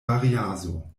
variaso